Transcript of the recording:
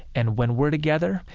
and when we're together,